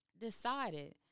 decided